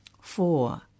Four